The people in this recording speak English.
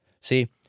See